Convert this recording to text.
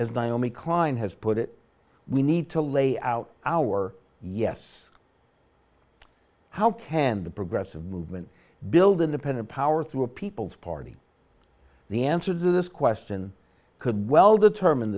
as naomi klein has put it we need to lay out our yes how can the progressive movement build independent power through a people's party the answer to this question could well determine